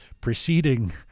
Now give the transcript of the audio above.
preceding